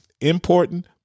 important